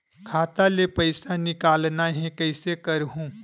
खाता ले पईसा निकालना हे, कइसे करहूं?